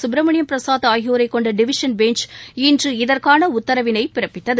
சுப்பிரமணியம் பிரசாத் ஆகியோரை கொண்ட division bench இன்று இதற்கான உத்தரவினை பிறப்பித்தது